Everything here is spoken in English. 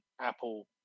Apple